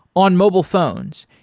on mobile phones,